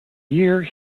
year